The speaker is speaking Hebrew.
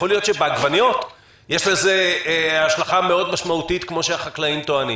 יכול להיות שבעגבניות יש לזה השלכה משמעותית מאוד כפי שטוענים החקלאים.